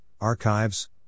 archives